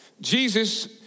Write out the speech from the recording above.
Jesus